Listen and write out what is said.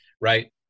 right